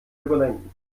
überdenken